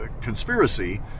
conspiracy